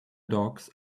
dogs